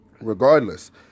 Regardless